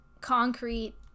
concrete